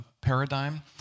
paradigm